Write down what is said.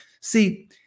See